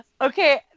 okay